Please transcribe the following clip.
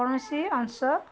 କୌଣସି ଅଂଶ